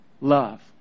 Love